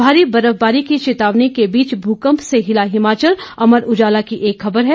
भारी बर्फबारी की चेतावनी के बीच भूकंप से हिला हिमाचल अमर उजाला की एक खबर है